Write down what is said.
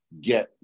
get